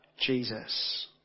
Jesus